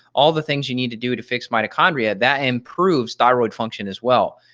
all the things you need to do to fix mitochondria, that improves thyroid function as well.